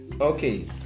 Okay